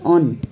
on